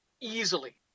easily